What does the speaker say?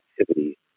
activity